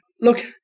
Look